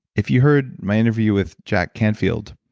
if you heard my interview with jack canfield,